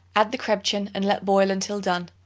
add the crebchen and let boil until done.